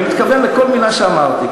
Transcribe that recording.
אני מתכוון לכל מילה שאמרתי.